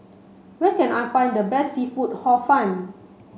where can I find the best seafood hor fun